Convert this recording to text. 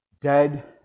dead